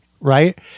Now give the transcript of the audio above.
right